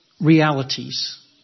realities